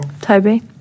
Toby